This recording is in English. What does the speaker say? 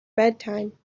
bedtime